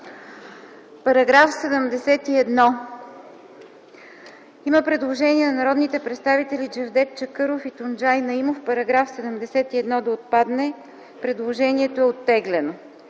По § 71 има предложение на народните представители Джевдет Чакъров и Тунджай Наимов – параграфът да отпадне. Предложението е оттеглено.